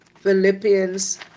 Philippians